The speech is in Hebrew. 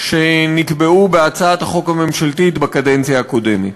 שנקבעו בהצעת החוק הממשלתית בקדנציה הקודמת.